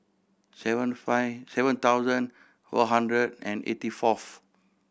seven five seven thousand four hundred and eighty fourth